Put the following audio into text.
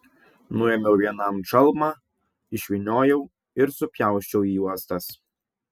nuėmiau vienam čalmą išvyniojau ir supjausčiau į juostas